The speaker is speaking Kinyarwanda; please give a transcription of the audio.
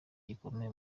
gikomeye